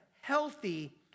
healthy